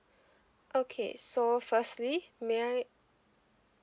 okay so firstly may I